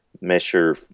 measure